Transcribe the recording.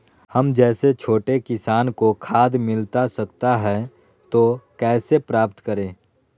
हम जैसे छोटे किसान को खाद मिलता सकता है तो कैसे प्राप्त करें?